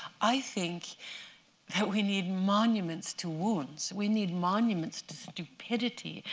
i think that we need monuments to wounds. we need monuments to stupidity.